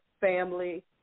family